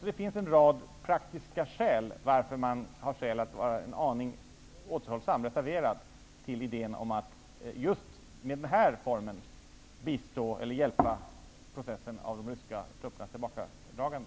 Så det finns en rad praktiska skäl för att vara en aning återhållsam till idén att med husbyggande underlätta de ryska truppernas tillbakadragande.